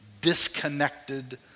disconnected